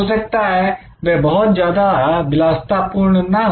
हो सकता है वह बहुत ज्यादा विलासिता पूर्ण ना हो